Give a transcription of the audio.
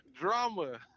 drama